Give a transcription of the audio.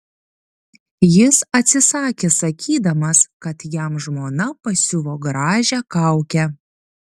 jis atsisakė sakydamas kad jam žmona pasiuvo gražią kaukę